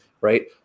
right